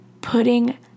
putting